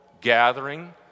gathering